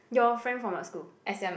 your friend from what school